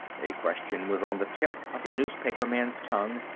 a question was on the tip of the newspaperman's tongue,